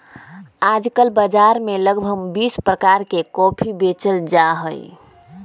आजकल बाजार में लगभग बीस प्रकार के कॉफी बेचल जाहई